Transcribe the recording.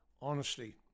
honesty